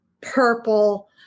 purple